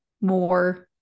more